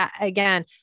again